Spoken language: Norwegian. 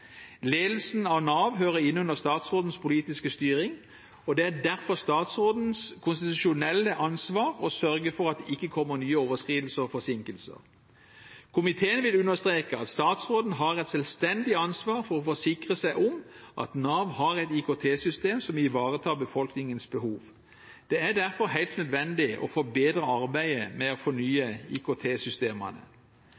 Ledelsen av Nav hører innunder statsrådens politiske styring, og det er derfor statsrådens konstitusjonelle ansvar å sørge for at det ikke kommer nye overskridelser og forsinkelser. Komiteen vil understreke at statsråden har et selvstendig ansvar for å forsikre seg om at Nav har et IKT-system som ivaretar befolkningens behov. Det er derfor helt nødvendig å forbedre arbeidet med å fornye